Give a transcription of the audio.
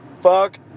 fuck